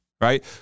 right